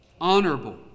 honorable